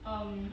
um